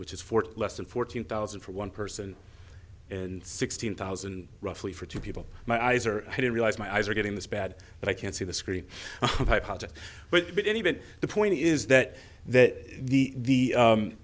which is for less than fourteen thousand for one person in sixteen thousand roughly for two people my eyes are i didn't realize my eyes are getting this bad but i can see the screen but anyway the point is that that the the